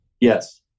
Yes